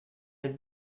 had